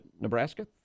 Nebraska